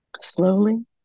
Slowly